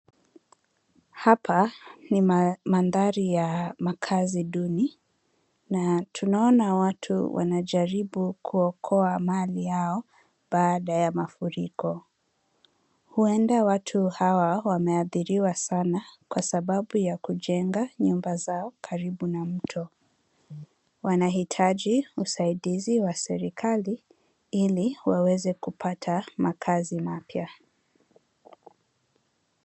Hapa ni mandhari ya makazi duni na tunaona watu wanajaribu kuokoa mali yao baada ya mafuriko. Huenda watu hawa wameathiriwa sana kwa sababu ya kujenga nyumba zao karibu na mto. Wanahitaji usaidizi wa serikali ili waweze kupata makazi mapya.